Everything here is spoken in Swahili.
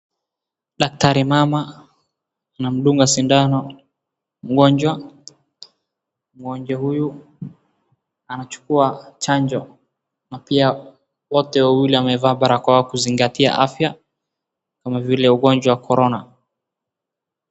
Daktari mama, anamdunga sindano, mgonjwa. Mgonjwa huyu anachukua chanjo na pia wote wawili wamevaa barakoa kuzingatia afya kama vile ugonjwa corona .